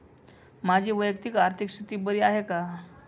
माझी वैयक्तिक आर्थिक स्थिती बरी आहे का?